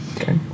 Okay